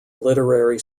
literary